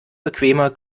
bequemer